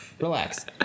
relax